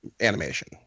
animation